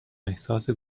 احساس